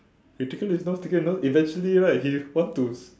we tickle his nose tickle his nose eventually right he wants to